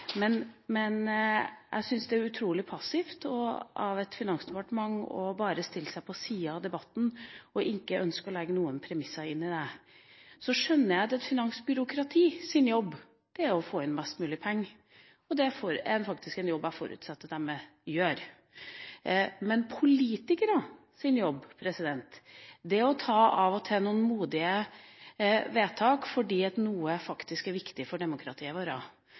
Jeg syns det er utrolig passivt av et finansdepartement bare å stille seg på sida av debatten og ikke ønske å legge noen premisser for den. Jeg skjønner at et finansbyråkratis jobb er å få inn mest mulig penger – det er faktisk en jobb jeg forutsetter at de gjør – men politikeres jobb er å av og til fatte noen modige vedtak fordi noe faktisk er viktig for demokratiet vårt.